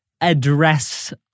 address